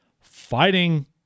Fighting